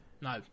No